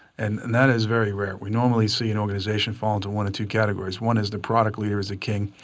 and and that is very rare. we normally see an organization fall into one or two categories. one is the product leader is the king,